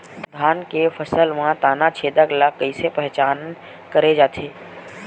धान के फसल म तना छेदक ल कइसे पहचान करे जाथे?